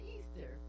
Easter